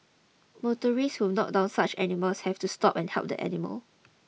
motorists who knocked down such animals have to stop and help the animal